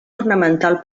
ornamental